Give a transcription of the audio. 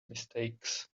mistakes